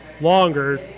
longer